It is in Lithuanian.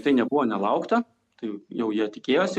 tai nebuvo nelaukta tai jau jie tikėjosi